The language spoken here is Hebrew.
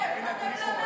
מי אתם,